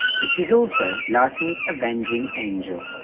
but she is also larsson's avenging angel.